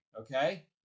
okay